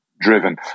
Driven